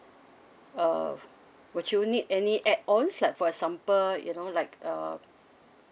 uh would you need any add ons like for example you know like uh